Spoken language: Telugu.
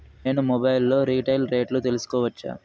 నేను మొబైల్ లో రీటైల్ రేట్లు తెలుసుకోవచ్చా?